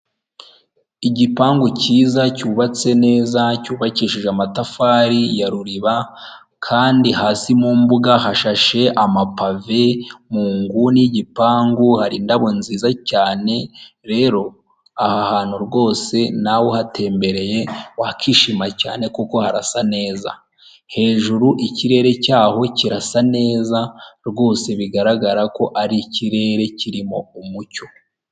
Igipangu cyiza cyubatse neza cyubakishije amatafari ya ruriba kandi hasi mu mbuga hashashe amapave mu nguni y'igipangu hari indabyo nziza cyane, rero aha hantu rwose nawe uhatembereye wakishima cyane kuko harasa neza, hejuru ikirere cyaho kirasa neza rwose bigaragara ko ari ikirere kirimo umucyo.